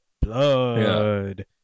blood